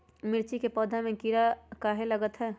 मिर्च के पौधा में किरा कहे लगतहै?